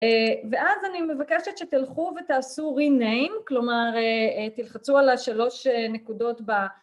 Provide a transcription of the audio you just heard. ואז אני מבקשת שתלכו ותעשו rename, כלומר תלחצו על השלוש נקודות ב...